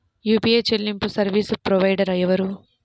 UPI చెల్లింపు service provider ఎవరు?